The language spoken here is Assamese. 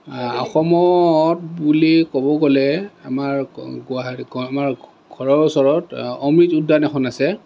অসমত বুলি ক'ব গ'লে আমাৰ ঘৰৰ ওচৰত অমৃত উদ্যান এখন আছে